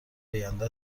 آینده